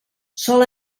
sol